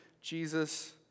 Jesus